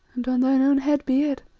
and on thine own head be it.